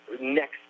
next